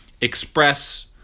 express